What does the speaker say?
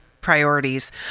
priorities